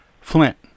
flint